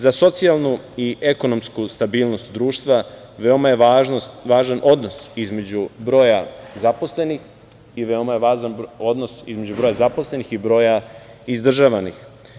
Za socijalnu i ekonomsku stabilnost društva veoma je važan odnos između broja zaposlenih i veoma je važan odnos između broja zaposlenih i broja izdržavanih.